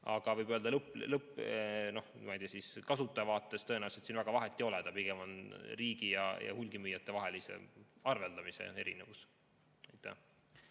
Aga võib öelda, et kasutaja vaates tõenäoliselt siin väga vahet ei ole, pigem on see riigi ja hulgimüüjate vahelise arveldamise erinevus. Aitäh!